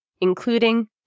including